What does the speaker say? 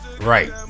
right